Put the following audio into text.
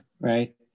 right